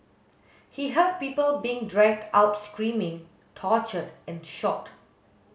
he heard people being dragged out screaming tortured and shot